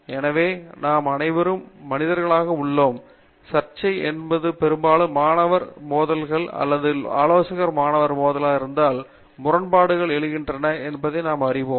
எனவே நாம் அனைவரும் மனிதர்களாக உள்ளோம் சர்ச்சை என்பது பெரும்பாலும் மாணவ மாணவர் மோதல்கள் அல்லது ஆலோசகர் மாணவர் மோதல்களாக இருந்தாலும் முரண்பாடுகள் எழுகின்றன என்பதை நாம் காண்கிறோம்